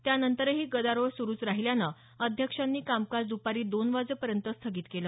त्यानंतरही गदारोळ सुरूच राहिल्यानं अध्यक्षांनी कामकाज दपारी दोन वाजेर्यंत स्थगित केलं